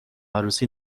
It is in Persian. عروسی